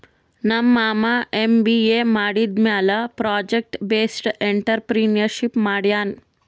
ನಮ್ ಮಾಮಾ ಎಮ್.ಬಿ.ಎ ಮಾಡಿದಮ್ಯಾಲ ಪ್ರೊಜೆಕ್ಟ್ ಬೇಸ್ಡ್ ಎಂಟ್ರರ್ಪ್ರಿನರ್ಶಿಪ್ ಮಾಡ್ಯಾನ್